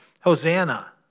Hosanna